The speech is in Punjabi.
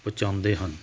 ਪੁਹੰਚਾਉਂਦੇ ਹਨ